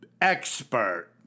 expert